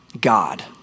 God